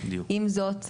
עם זאת,